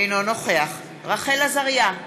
אינו נוכח רחל עזריה,